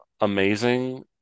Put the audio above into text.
amazing